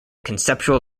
conceptual